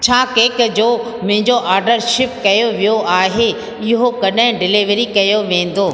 छा केक जो मुंहिंजो ऑर्डर शिप कयो वियो आहे इहो कॾहिं डिलीवरी कयो वेंदो